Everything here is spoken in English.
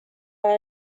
are